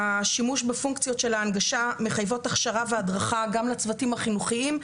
השימוש בפונקציות של ההנגשה מחייבות הכשרה והדרכה גם לצוותים החינוכיים,